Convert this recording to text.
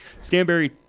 Stanberry